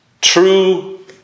true